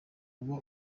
uba